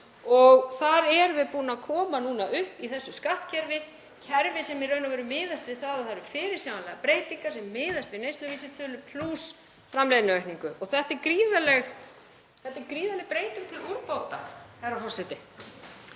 Þar erum við búin að koma upp í þessu skattkerfi kerfi sem í raun og veru miðast við það að það eru fyrirsjáanlegar breytingar sem miðast við neysluvísitölu plús framleiðniaukningu. Þetta er gríðarleg breyting til úrbóta, herra forseti.